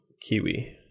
kiwi